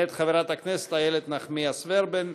מאת חברת הכנסת איילת נחמיאס ורבין.